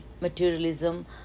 materialism